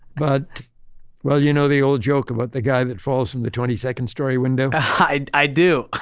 but well, you know the old joke about the guy that falls from the twenty second story window? i do.